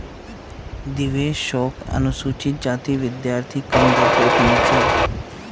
देवेश शोक अनुसूचित जाति विद्यार्थी कम दर तोत मील छे